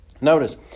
Notice